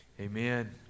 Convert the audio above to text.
Amen